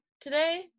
today